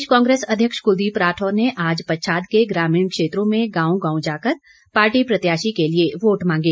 प्रदेश कांग्रेस अध्यक्ष कुलदीप राठौर ने आज पच्छाद के ग्रामीण क्षेत्रों में गांव गांव जाकर पार्टी प्रत्याशी के लिए वोट मांगे